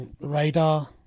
radar